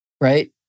Right